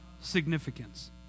significance